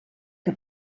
que